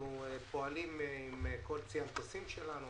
אנחנו פועלים עם כל צי המטוסים שלנו,